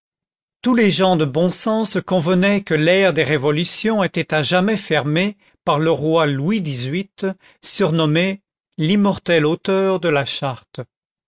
tous les gens de bons sens convenaient que l'ère des révolutions était à jamais fermée par le roi louis xviii surnommé l'immortel auteur de la charte